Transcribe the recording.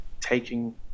taking